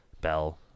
Bell